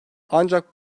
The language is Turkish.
ancak